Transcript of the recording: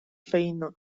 feina